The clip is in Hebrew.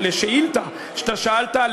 בשאילתה שאתה שאלת,